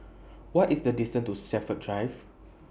What IS The distance to Shepherds Drive